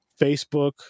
Facebook